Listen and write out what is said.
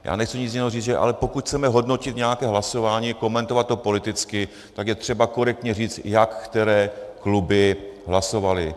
Já nechci nic jiného říct, ale pokud chceme hodnotit nějaké hlasování, komentovat to politicky, tak je třeba korektně říct, jak které kluby hlasovaly.